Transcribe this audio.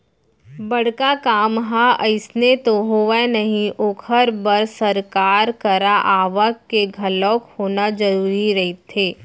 बड़का काम ह अइसने तो होवय नही ओखर बर सरकार करा आवक के घलोक होना जरुरी रहिथे